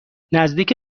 نزدیک